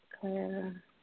Claire